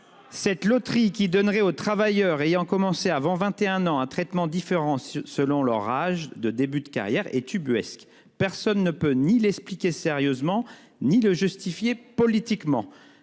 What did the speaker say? Cette loterie qui donnerait aux travailleurs ayant commencé avant 21 ans un traitement différent selon leur âge en début de carrière est ubuesque. Personne ne peut ni l'expliquer sérieusement ni le justifier politiquement.